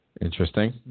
Interesting